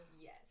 Yes